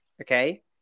okay